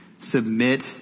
submit